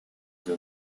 sie